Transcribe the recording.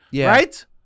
right